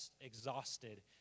exhausted